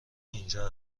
اینجا